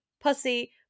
pussy